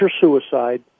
suicide